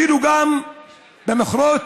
גם במכרות